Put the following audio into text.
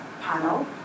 panel